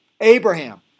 Abraham